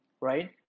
right